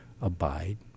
abide